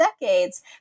decades